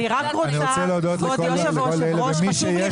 אני רוצה להודות לכל מי שהשתתפו.